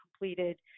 completed